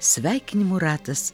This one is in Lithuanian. sveikinimų ratas